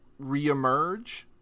reemerge